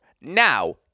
Now